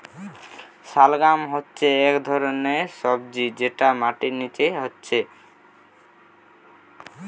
শালগাম হচ্ছে একটা ধরণের সবজি যেটা মাটির নিচে হচ্ছে